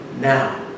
now